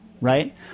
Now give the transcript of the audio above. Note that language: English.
right